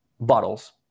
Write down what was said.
bottles